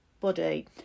body